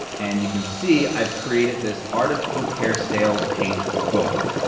and you can see i've created this art of pool care sales page goal.